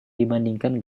dibandingkan